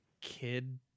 kid